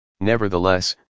nevertheless